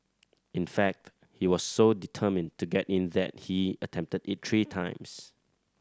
in fact he was so determined to get in that he attempted it three times